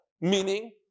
Meaning